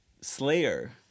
Slayer